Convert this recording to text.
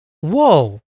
whoa